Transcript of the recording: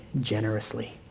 generously